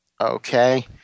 Okay